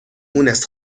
مونس